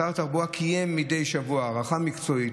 משרד התחבורה קיים מדי שבוע הערכה מקצועית,